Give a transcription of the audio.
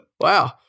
Wow